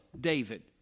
David